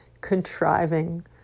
contriving